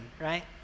right